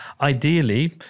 Ideally